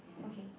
okay